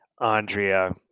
Andrea